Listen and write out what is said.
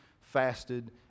fasted